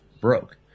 broke